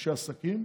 אנשי עסקים,